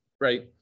right